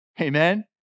Amen